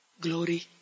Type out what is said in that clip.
Glory